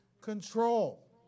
control